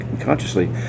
consciously